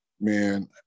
man